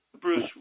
Bruce